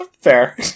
Fair